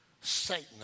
Satan